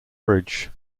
bridge